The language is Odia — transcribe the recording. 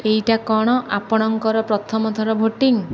ଏଇଟା କ'ଣ ଆପଣଙ୍କର ପ୍ରଥମ ଥର ଭୋଟିଙ୍ଗ